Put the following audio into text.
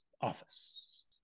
office